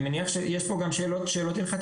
אני מניח שיש פה גם שאלות הלכתיות,